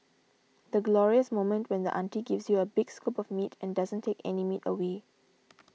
the glorious moment when the auntie gives you a big scoop of meat and doesn't take any meat away